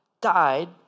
died